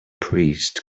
priest